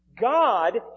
God